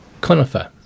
Conifer